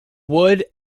wood